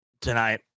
tonight